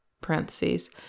parentheses